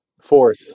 Fourth